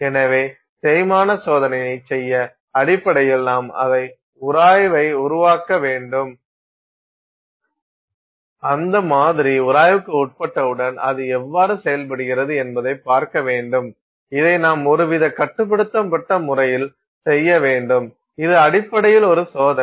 எனவே தேய்மான சோதனையைச் செய்ய அடிப்படையில் நாம் அதே உராய்வை உருவாக்க வேண்டும் அந்த மாதிரி உராய்வுக்கு உட்பட்டவுடன் அது எவ்வாறு செயல்படுகிறது என்பதை பார்க்க வேண்டும் இதை நாம் ஒருவித கட்டுப்படுத்தப்பட்ட முறையில் செய்ய வேண்டும் இது அடிப்படையில் ஒரு சோதனை